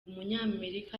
umunyamerika